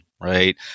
right